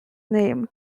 name